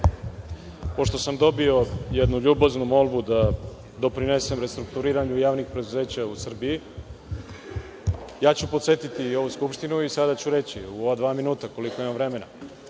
Pošto sam dobio jednu ljubaznu molbu da doprinesem restrukturiranju javnih preduzeća u Srbiji, podsetiću ovu Skupštinu i sada ću reći u ova dva minuta, koliko imam vremena,